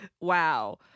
wow